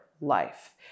life